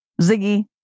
Ziggy